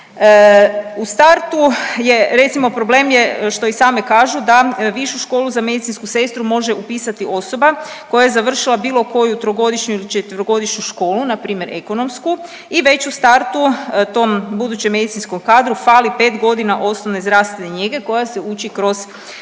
U startu, recimo problem je što i same kažu da višu školu za medicinsku sestru može upisati osoba koja je završila bilo koju trogodišnju ili četverogodišnju školu npr. ekonomsku i već u startu tom budućem medicinskom kadru fali 5 godina osnovne zdravstvene njege koja se uči kroz